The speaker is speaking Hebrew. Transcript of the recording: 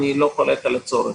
אני לא חולק על הצורך.